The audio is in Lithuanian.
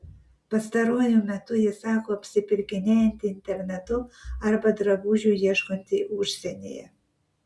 pastaruoju metu ji sako apsipirkinėjanti internetu arba drabužių ieškanti užsienyje